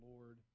Lord